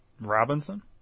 Robinson